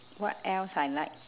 what else I like